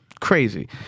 crazy